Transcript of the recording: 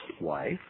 wife